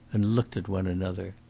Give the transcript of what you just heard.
and looked at one another.